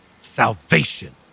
Salvation